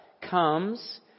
comes